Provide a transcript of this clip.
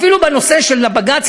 אפילו בנושא של הבג"ץ,